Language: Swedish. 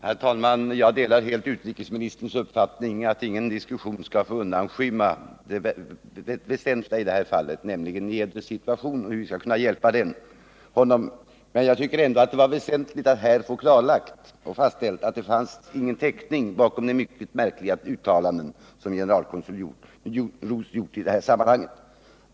Herr talman! Jag delar helt utrikesministerns uppfattning att ingen diskussion skall få undanskymma det väsentliga i det här fallet, nämligen Niedres situation och hur vi skall kunna hjälpa honom. Men jag tycker ändå det var av vikt att här få klarlagt och fastställt att det inte fanns någon täckning bakom de mycket märkliga uttalanden som generalkonsul Ros gjort i det här sammanhanget.